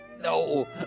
No